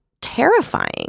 terrifying